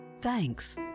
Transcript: Thanks